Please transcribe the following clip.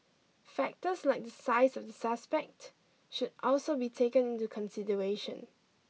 factors like the size of the suspect should also be taken into consideration